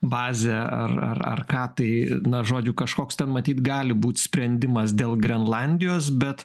bazę ar ar ką tai na žodžiu kažkoks ten matyt gali būt sprendimas dėl grenlandijos bet